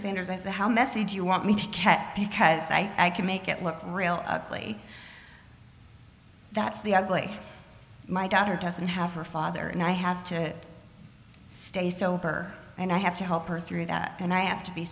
sanders i saw how messy do you want me to get because i can make it look real ugly that's the ugly my daughter doesn't have her father and i have to stay sober and i have to help her through that and i have to be